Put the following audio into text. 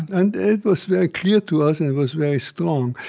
and it was very clear to us, and it was very strong.